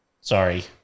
sorry